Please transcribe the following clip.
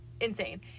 insane